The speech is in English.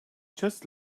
just